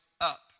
up